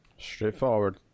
Straightforward